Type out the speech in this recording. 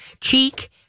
cheek